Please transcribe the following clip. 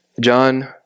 John